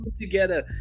together